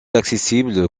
accessible